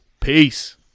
Peace